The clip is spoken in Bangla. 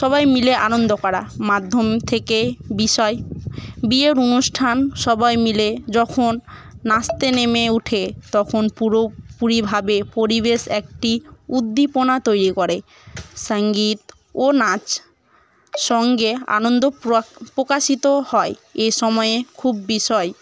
সবাই মিলে আনন্দ করা মাধ্যম থেকে বিষয় বিয়ের অনুষ্ঠান সবাই মিলে যখন নাচতে নেমে উঠে তখন পুরোপুরিভাবে পরিবেশ একটি উদ্দীপনা তৈরি করে সঙ্গীত ও নাচ সঙ্গে আনন্দ প্রকাশিত হয় এ সময়ে খুব বিষয়